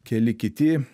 keli kiti